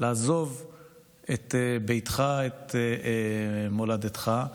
לעזוב את ביתך, את מולדתך,